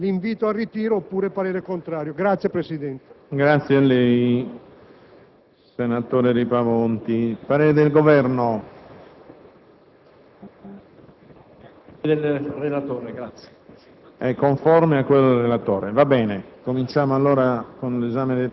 non idonea, che non può essere utilizzata, perché si prevede di aumentare i risparmi di spesa relativi al contributo dovuto all'Unione Europea. Si tratta di un'operazione che non possiamo fare, perché sono risparmi non decisi dal Governo ma in altra sede.